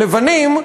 לבנים,